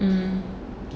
mm